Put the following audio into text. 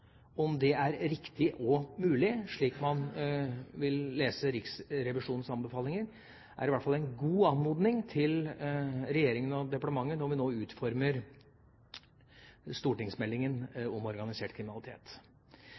om helhetlig strategivalg, om det er riktig og mulig – slik man vil lese Riksrevisjonens anbefalinger – i hvert fall er en god anmodning til regjeringa og departementet når vi nå utformer stortingsmeldingen om organisert kriminalitet.